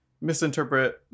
misinterpret